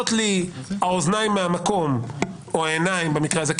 לי האוזניים מהמקום או העיניים במקרה הזה,